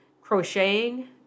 crocheting